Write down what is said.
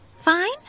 fine